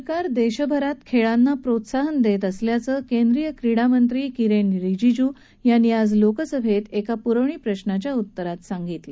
सरकार देशभरात खेळांना प्रोत्साहन देत असल्याचं केंद्रीय क्रीडा मंत्री किरेन रिजीज यांनी आज लोकसभेत परवणी प्रश्नाच्या उतरात सांगितलं